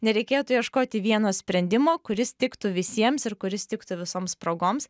nereikėtų ieškoti vieno sprendimo kuris tiktų visiems ir kuris tiktų visoms progoms